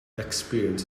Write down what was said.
experience